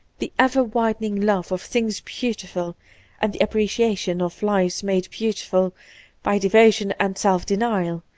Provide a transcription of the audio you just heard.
the ever-widening love of things beautiful and the appreciation of lives made beautiful by devotion and self-denial,